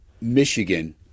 Michigan